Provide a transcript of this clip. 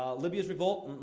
um libya's revolt